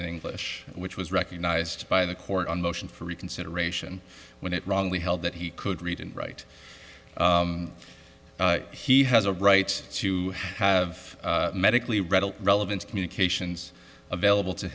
english which was recognized by the court on motion for reconsideration when it wrongly held that he could read and write he has a right to have medically redell relevant communications available to